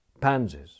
pansies